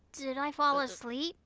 did i fall asleep?